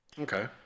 Okay